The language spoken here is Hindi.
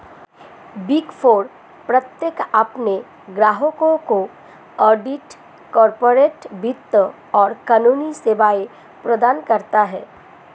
बिग फोर प्रत्येक अपने ग्राहकों को ऑडिट, कॉर्पोरेट वित्त और कानूनी सेवाएं प्रदान करता है